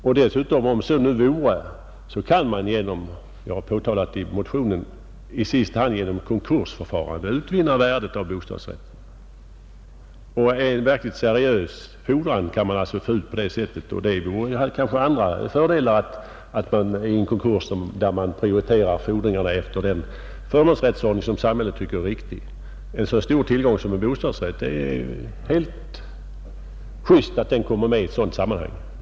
Om så dessutom vore kan man — det har jag också påtalat i min motion — i sista hand genom konkursförfarande utvinna värdet av bostadsrätten. En verkligt seriös fordran kan man alltså få ut på det sättet. Det har kanske också andra fördelar med sig, eftersom man vid en konkurs prioriterar fordringarna efter den förmånsrättsordning som samhället tycker är riktig. Det är helt just att en så stor tillgång som en bostadsrätt kommer med i ett sådant sammanhang.